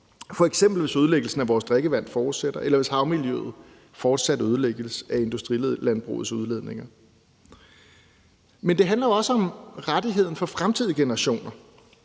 f.eks. hvis ødelæggelsen af vores drikkevand fortsætter, eller hvis havmiljøet fortsat ødelægges af det industrielle landbrugs udledninger. Det handler også om rettigheder for fremtidige generationer.